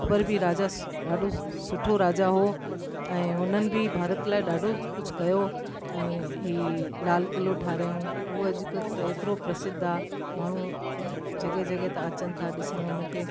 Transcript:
अकबर बि राजा ॾाढो सुठो राजा हुओ ऐं हुननि बि भारत लाइ ॾाढो कुझु कयो ऐं इहा लाल क़िलो ठाहिरायो उहा अॼुकल्ह एतिरो प्रसिद्ध आहे माण्हू जॻहि जॻहि ते अचनि था ॾिसणु हुनखे